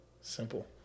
Simple